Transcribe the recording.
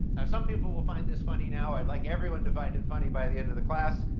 some people will find this funny now. i'd like everyone to find it funny by the end of the class.